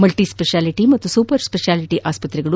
ಮಲ್ಲಿ ಸ್ಪೆಷಾಲಿಟಿ ಮತ್ತು super speciality ಆಸ್ಪತ್ರೆಗಳು